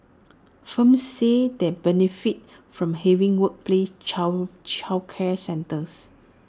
firms said they benefit from having workplace child childcare centres